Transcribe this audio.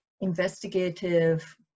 investigative